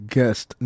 Guest